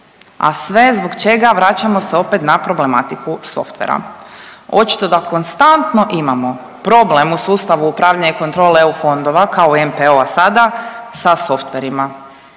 a sve zbog čega, vraćamo se opet na problematiku softvera. Očito da konstantno imamo problem u sustavu upravljanja i kontrole EU fondova kao NPOO-a sada sa softverima.